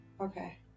okay